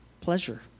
pleasure